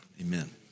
amen